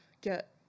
get